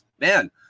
man